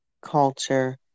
culture